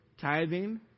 tithing